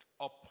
Up